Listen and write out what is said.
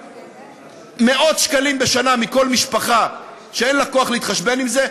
שגונבים מאות שקלים בשנה מכל משפחה שאין לה כוח להתחשבן עם זה,